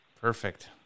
Perfect